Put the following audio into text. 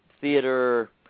theater